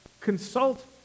Consult